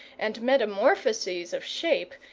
and metamorphoses of shape,